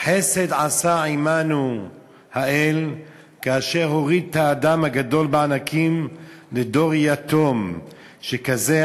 חסד עשה עמנו האל כאשר הוריד את האדם הגדול בענקים לדור יתום שכזה,